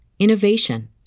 innovation